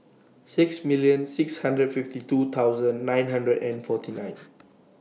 six million six hundred fifty two thousand nine hundred and forty nine